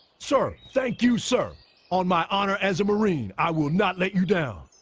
sir. thank you sir on my honour as a marine. i will not let you down